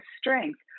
strength